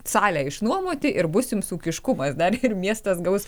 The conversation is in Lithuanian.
salę išnuomoti ir bus jums ūkiškumas dar ir miestas gaus